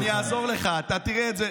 אני אעזור לך, אתה תראה את זה,